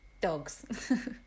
Dogs